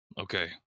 Okay